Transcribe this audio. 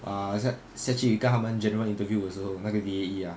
ah that's why 下去跟他们 general interview 的时候那个 J_A_E lah